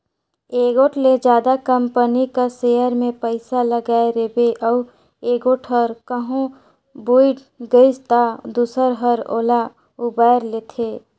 एगोट ले जादा कंपनी कर सेयर में पइसा लगाय रिबे अउ एगोट हर कहों बुइड़ गइस ता दूसर हर ओला उबाएर लेथे